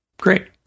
Great